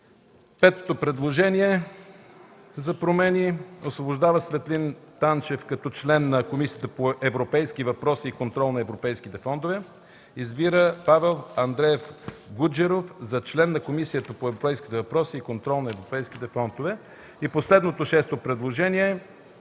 Петото предложение за промени е: „Освобождава Светлин Димитров Танчев като член на Комисията по европейски въпроси и контрол на европейските фондове. Избира Павел Андреев Гуджеров за член на Комисията по европейските въпроси и контрол на европейските фондове.” Последното, шесто предложение: